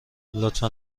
لطفا